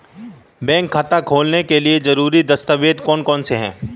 Bank खाता खोलने के लिए ज़रूरी दस्तावेज़ कौन कौनसे हैं?